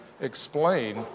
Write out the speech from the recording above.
explain